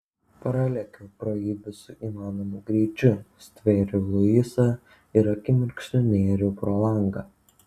pralėkiau pro jį visu įmanomu greičiu stvėriau luisą ir akimirksniu nėriau pro langą